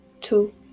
two